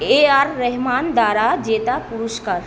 এ R Rahman দ্বারা জেতা পুরস্কার